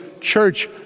church